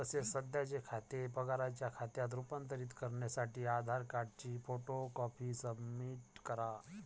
तसेच सध्याचे खाते पगाराच्या खात्यात रूपांतरित करण्यासाठी आधार कार्डची फोटो कॉपी सबमिट करा